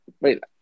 Wait